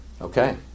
Okay